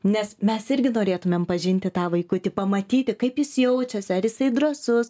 nes mes irgi norėtumėm pažinti tą vaikutį pamatyti kaip jis jaučiasi ar jisai drąsus